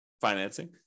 financing